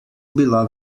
bila